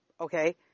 okay